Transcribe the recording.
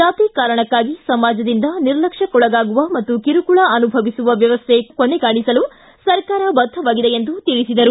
ಜಾತಿ ಕಾರಣಕ್ಕಾಗಿ ಸಮಾಜದಿಂದ ನಿರ್ಲಕ್ಷ್ಯಕ್ಕೊಳಗಾಗುವ ಮತ್ತು ಕಿರುಕುಳ ಅನುಭವಿಸುವ ವ್ಯವಸ್ಥೆ ಕೊನೆಗಾಣಿಸಲು ಸರ್ಕಾರ ಬದ್ಧವಾಗಿದೆ ಎಂದು ತಿಳಿಸಿದರು